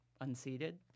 unseated